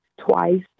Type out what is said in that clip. twice